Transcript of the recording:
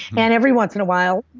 and every once in a while,